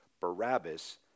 Barabbas